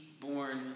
born